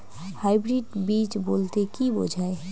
Hybrid বীজ বলতে কী বোঝায়?